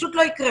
פשוט לא תקרה.